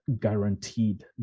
guaranteed